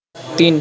तिन